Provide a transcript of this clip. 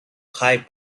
hype